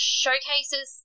showcases